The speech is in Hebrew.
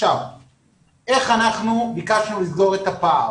איך אנחנו ביקשנו לסגור את הפער.